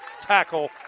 tackle